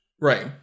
Right